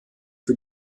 für